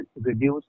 reduce